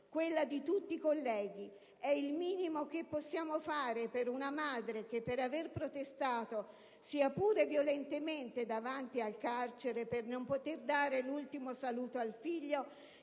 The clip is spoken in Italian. quella di tutti i colleghi. È il minimo che possiamo fare per una madre che, per aver protestato, sia pure violentemente, davanti al carcere per non poter dare l'ultimo saluto al figlio,